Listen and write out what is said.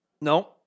No